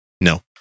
No